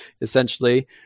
essentially